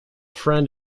friend